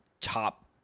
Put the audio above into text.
top